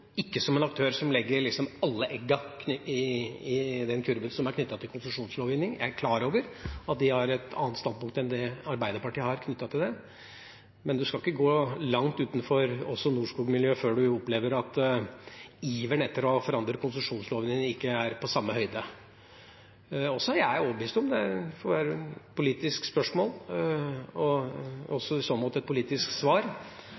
som en aktør som ikke legger alle eggene sine i den kurven som er knyttet til konsesjonslovgivning. Jeg er klar over at de har et annet standpunkt enn Arbeiderpartiet når det gjelder dette, men en skal ikke gå langt utenfor også Norskog-miljø før en opplever at iveren etter å forandre konsesjonslovgivningen ikke er på samme høyde. Og så er jeg overbevist om – det er et politisk spørsmål og i så måte et politisk svar